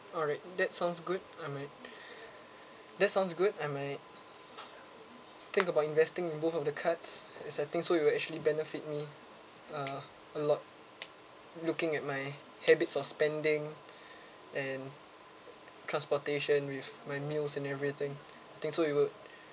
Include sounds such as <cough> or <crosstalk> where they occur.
alright that sounds good I might <breath> that sounds good I might think about investing in both of the cards as I think so it'll actually benefit me uh a lot looking at my habits of spending <breath> and transportation with my meals and everything I think so it would